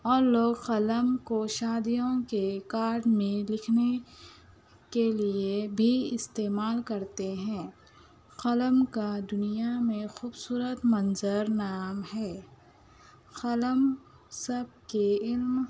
اور لوگ قلم کو شادیوں کے کارڈ میں لکھنے کے لئے بھی استعمال کرتے ہیں قلم کا دنیا میں خوبصورت منظر نام ہے قلم سب کے علم